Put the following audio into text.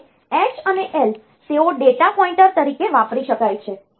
અને H અને L તેઓ ડેટા પોઇન્ટર તરીકે વાપરી શકાય છે